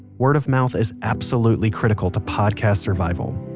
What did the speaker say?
word of mouth is absolutely critical to podcast survival